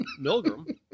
Milgram